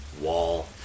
wall